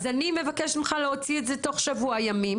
אז אני מבקשת ממך להוציא את זה תוך שבוע ימים